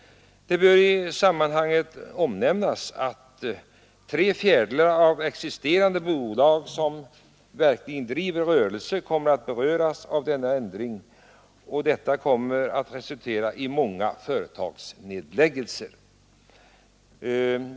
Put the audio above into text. Det bör i sammanhanget nämnas att tre fjärdedelar av existerande bolag som verkligen driver rörelse kommer att beröras av denna ändring, och detta kommer att resultera i många företagsnedläggelser.